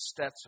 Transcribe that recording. Stetzer